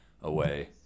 away